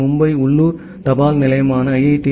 எனவே மும்பை உள்ளூர் தபால் நிலையமான ஐ